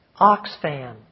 Oxfam